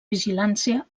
vigilància